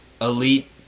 elite